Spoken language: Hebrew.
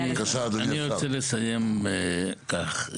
אני רוצה לסיים כך.